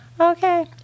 Okay